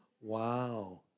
wow